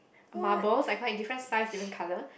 marble I saw it different size different colour